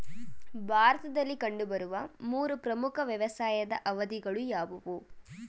ಭಾರತದಲ್ಲಿ ಕಂಡುಬರುವ ಮೂರು ಪ್ರಮುಖ ವ್ಯವಸಾಯದ ಅವಧಿಗಳು ಯಾವುವು?